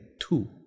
two